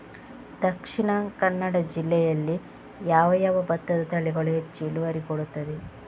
ದ.ಕ ಜಿಲ್ಲೆಯಲ್ಲಿ ಯಾವ ಯಾವ ಭತ್ತದ ತಳಿಗಳು ಹೆಚ್ಚು ಇಳುವರಿ ಕೊಡುತ್ತದೆ?